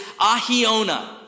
ahiona